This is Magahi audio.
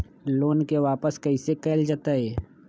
लोन के वापस कैसे कैल जतय?